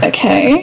Okay